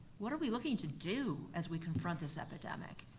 what are we looking to do as we confront this epidemic?